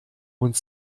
und